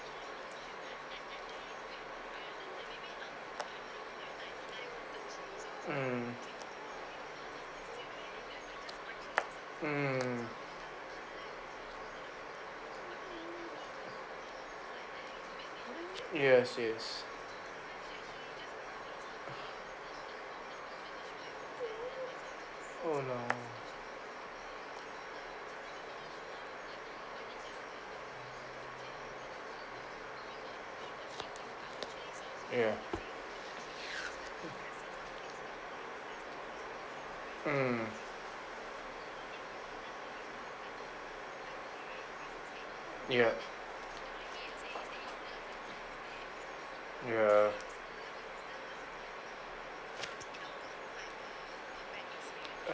mm mm yes yes oh no ya mm ya ya